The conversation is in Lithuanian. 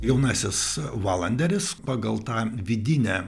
jaunasis valanderis pagal tą vidinę